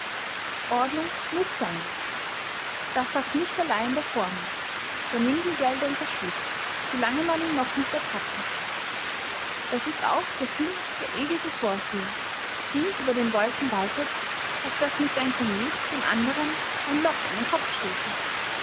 ordnung muß sein das sagt nicht allein der vormund der mündelgelder unterschlägt solange man ihn noch nicht ertappt hat das ist auch der sinn der ewigen vorsehung die über den wolken waltet auf daß nicht ein komet dem anderen ein loch in den kopf stoße